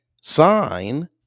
sign